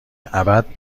ابد